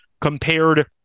compared